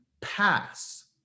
pass